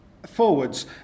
forwards